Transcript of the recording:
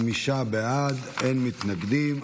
חמישה בעד, אין מתנגדים.